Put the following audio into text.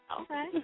Okay